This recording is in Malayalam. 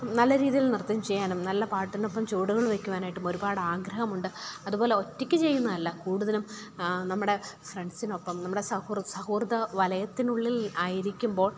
നല്ല രീതിയിൽ നൃത്തം ചെയ്യാനും നല്ല പാട്ടിനൊപ്പം ചുവടുകൾ വെയ്ക്കുവാനായിട്ടും ഒരുപാട് ആഗ്രഹമുണ്ട് അതു പോലെ ഒറ്റയ്ക്ക് ചെയ്യുന്നതല്ല കൂടുതലും നമ്മുടെ ഫ്രണ്ട്സിനൊപ്പം നമ്മുടെ സൗഹൃദ സൗഹൃദ വലയത്തിനുള്ളിൽ ആയിരിക്കുമ്പോൾ